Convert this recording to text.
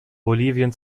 bolivien